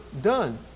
done